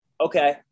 Okay